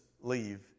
leave